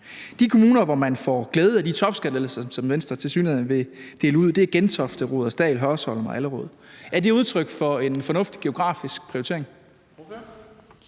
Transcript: De kommuner, hvor man får glæde af de topskattelettelser, som Venstre tilsyneladende vil dele ud, er Gentofte, Rudersdal, Hørsholm og Allerød. Er det udtryk for en fornuftig geografisk prioritering?